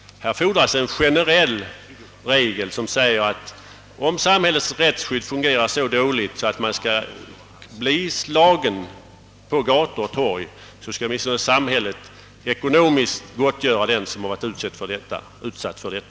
Här fordras en generell regel som säger att, om samhällets rättsskydd fungerar så dåligt att man blir slagen på gator och torg, samhället åtminstone ekonomiskt skall gottgöra den som utsatts för våldet.